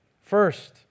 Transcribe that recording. First